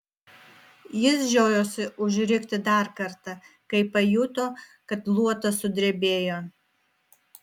jis žiojosi užrikti dar kartą kai pajuto kad luotas sudrebėjo